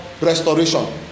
restoration